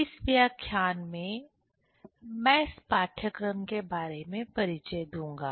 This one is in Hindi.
इस व्याख्यान में मैं इस पाठ्यक्रम के बारे में परिचय दूंगा